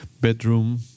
bedroom